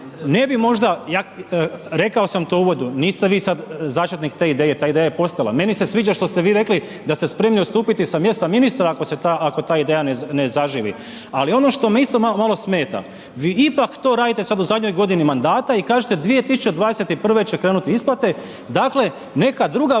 ne bi možda, rekao sam to u uvodu, niste vi sad začetnik te ideje, ta ideja je postojala, meni se sviđa što ste vi rekli da ste spremni odstupiti sa mjesta ministra ako ta ideja ne zaživi ali ono što me isto malo smeta, vi ipak to radite u zadnjoj godini mandata i kažete 2021. će krenuti isplate, dakle, neka druga